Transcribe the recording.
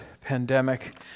pandemic